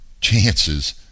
chances